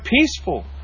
peaceful